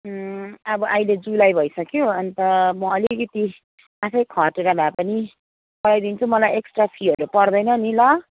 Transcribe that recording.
अब अहिले जुलाई भइसक्यो अन्त म अलिकति आफै खटेर भए पनि पढाइदिन्छु मलाई एक्स्ट्रा फीहरू पर्दैन नि ल